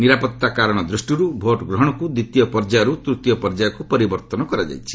ନିରାପତ୍ତା କାରଣ ଦୃଷ୍ଟିରୁ ଭୋଟ୍ଗ୍ରହଣକୁ ଦ୍ୱିତୀୟ ପର୍ଯ୍ୟାୟରୁ ତୃତୀୟ ପର୍ଯ୍ୟାୟକୁ ପରିବର୍ତ୍ତନ କରାଯାଇଛି